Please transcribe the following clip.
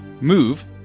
move